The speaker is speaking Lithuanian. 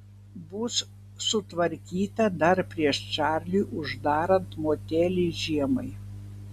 bus sutvarkyta dar prieš čarliui uždarant motelį žiemai